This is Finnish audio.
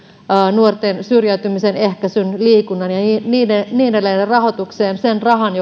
nuorten syrjäytymisen ehkäisyn liikunnan ja niin edelleen rahoitukseen sen rahan